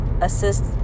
assist